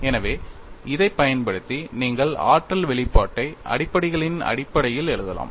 எனவே இதைப் பயன்படுத்தி நீங்கள் ஆற்றல் வெளிப்பாட்டை அடிப்படைகளின் அடிப்படையில் எழுதலாம்